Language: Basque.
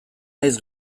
naiz